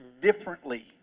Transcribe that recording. differently